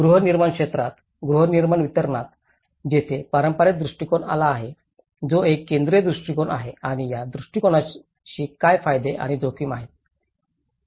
गृहनिर्माण क्षेत्रात गृहनिर्माण वितरणात तेथे पारंपारिक दृष्टीकोन आला आहे जो एक केंद्रित दृष्टीकोन आहे आणि या दृष्टिकोनाशी काय फायदे आणि जोखीम आहेत